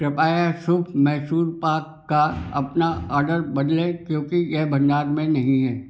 कृपया शुभ मैसूर पाक का अपना ऑर्डर बदले क्योंकि यह भंडार में नहीं है